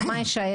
אז מה יישאר?